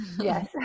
Yes